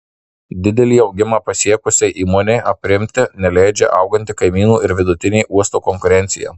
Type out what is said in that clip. didelį augimą pasiekusiai įmonei aprimti neleidžia auganti kaimynų ir vidinė uosto konkurencija